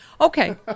Okay